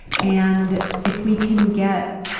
and if we can get